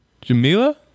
Jamila